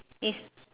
is